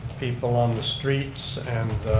people on the streets and